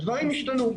הדברים השתנו.